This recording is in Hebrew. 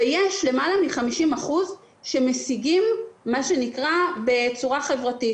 ויש למעלה מ-50% שמשיגים בצורה חברתית,